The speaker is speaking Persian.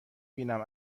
بینم